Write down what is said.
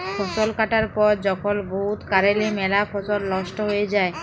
ফসল কাটার পর যখল বহুত কারলে ম্যালা ফসল লস্ট হঁয়ে যায়